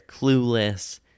clueless